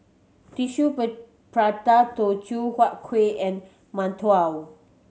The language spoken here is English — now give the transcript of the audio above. tissue prata Teochew Huat Kuih and